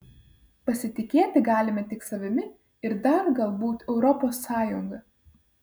pasitikėti galime tik savimi ir dar galbūt europos sąjunga